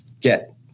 get